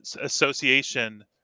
association